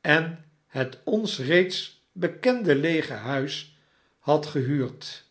en het ons reeds bekende leege huis had gehuurd